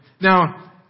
Now